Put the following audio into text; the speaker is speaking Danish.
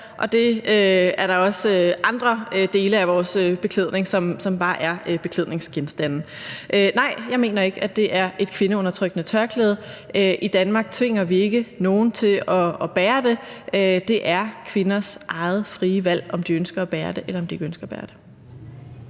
og der er også andre dele af vores beklædning, som bare er beklædningsgenstande. Nej, jeg mener ikke, at det er et kvindeundertrykkende tørklæde. I Danmark tvinger vi ikke nogen til at bære det. Det er kvinders eget frie valg, om de ønsker at bære det, eller om de ikke ønsker at bære det.